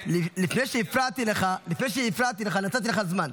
לפני שהפרעתי לך נתתי לך זמן,